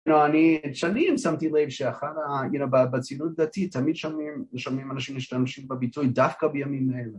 אני שנים שמתי לב שאחד ה... יו נואו, ב... בציונות דתית תמיד שומעים, שומעים אנשים משתמשים בביטוי דווקא בימים האלה